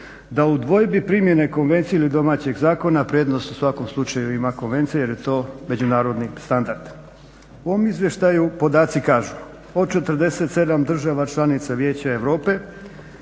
da u dvojbi primjene konvencije ili domaćeg zakona prednost u svakom slučaju ima konvencija jer je to međunarodni standard. U ovom izvještaju podaci kažu, od 47 država članica Vijeća Europe